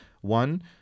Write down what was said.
one